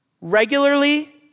regularly